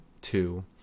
two